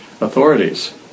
authorities